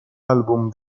album